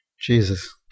Jesus